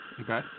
Okay